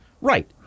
Right